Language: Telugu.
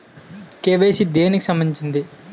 కే.వై.సీ దేనికి సంబందించింది?